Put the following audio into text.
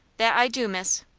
that i do, miss.